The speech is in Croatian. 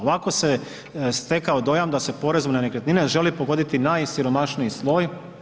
Ovako se stekao dojam da se porezu na nekretnine želi pogoditi najsiromašniji sloj.